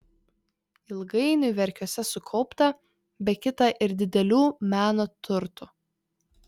ilgainiui verkiuose sukaupta be kita ir didelių meno turtų